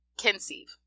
conceive